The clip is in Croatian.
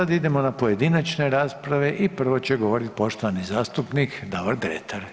Sada idemo na pojedinačne rasprave i prvo će govoriti poštovani zastupnik Davor Dretar.